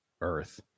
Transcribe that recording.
Earth